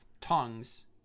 tongues